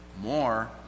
more